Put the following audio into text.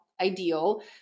ideal